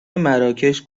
مراکش